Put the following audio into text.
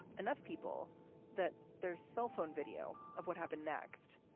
enough people that there's cell phone video of what happened next.